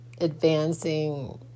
advancing